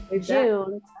June